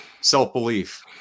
self-belief